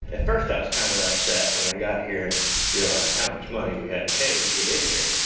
at first i was kind of upset when i got here and realized how much money we had to pay to get in here.